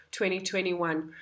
2021